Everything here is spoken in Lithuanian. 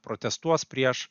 protestuos prieš